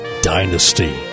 Dynasty